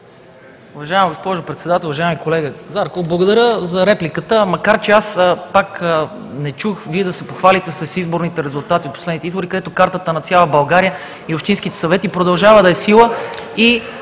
Уважаема госпожо Председател! Уважаеми колега Зарков, благодаря за репликата, макар че аз пак не чух Вие да се похвалите с изборните резултати от последните избори, където картата на цяла България и общинските съвети продължава да е в сила.